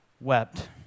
wept